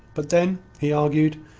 but then, he argued,